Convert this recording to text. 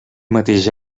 mateix